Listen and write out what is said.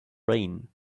rain